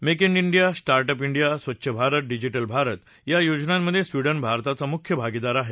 make in India start up India Swachh Bharat digital Bharat या योजनांमध्ये Sweden भारताचा मुख्य भागीदार आहे